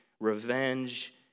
revenge